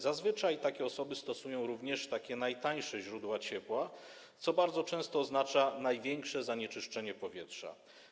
Zazwyczaj takie osoby stosują również najtańsze źródła ciepła, co bardzo często oznacza największe zanieczyszczenie powietrza.